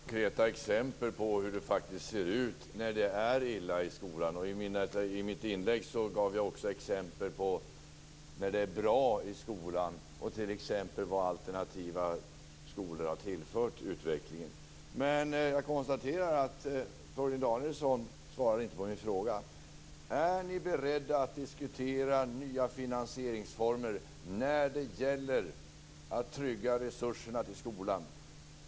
Fru talman! Jag gav några konkreta exempel på hur det faktiskt ser ut när det är illa i skolan. I mitt inlägg gav jag också exempel på när det är bra i skolan och på vad alternativa skolor har tillfört utvecklingen. Men jag konstaterar att Torgny Danielsson inte svarade på min fråga. Är ni beredda att diskutera nya finansieringsformer när det gäller att trygga resurserna till skolan?